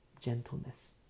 Gentleness